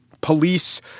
police